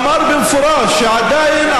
אמר במפורש שעדיין,